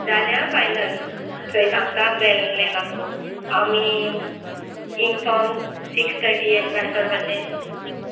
जालें आ फायनल चोय सांगता प्लेन आख्खो आमी इंग सावन सिक्स थर्टी एश बायर सरपाचें